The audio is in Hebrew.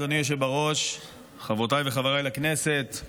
חברותיי וחבריי חברי לכנסת,